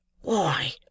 Why